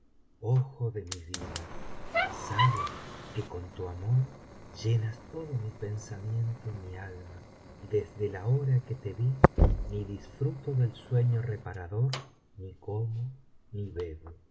ojo de mi vida sabe que con tu amor llenas todo mi pensamiento y mi alma y desde la hora que te vi ni disfruto del sueño reparador ni como ni bebo